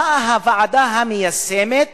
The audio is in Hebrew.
באה הוועדה המיישמת